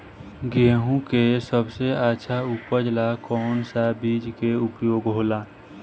गेहूँ के सबसे अच्छा उपज ला कौन सा बिज के उपयोग होला?